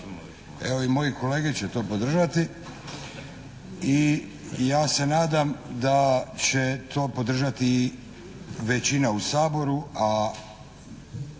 evo i moji kolege će to podržati. I ja se nadam da će to podržati većina u Saboru a